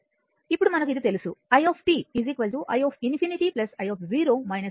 ఇప్పుడు మనకు ఇది తెలుసు i i ∞ i i ∞ e tτ